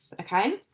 okay